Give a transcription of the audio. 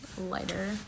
lighter